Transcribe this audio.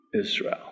Israel